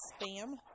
spam